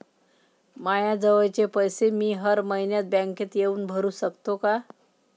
मायाजवळचे पैसे मी हर मइन्यात बँकेत येऊन भरू सकतो का?